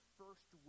first